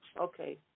Okay